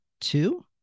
two